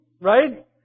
right